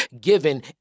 given